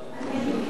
אני.